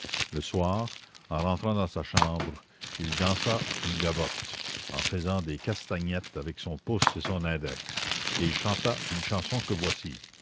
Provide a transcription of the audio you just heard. le soir en rentrant dans sa chambre il dansa une gavotte en faisant des castagnettes avec son pouce et son index et il chanta une chanson que voici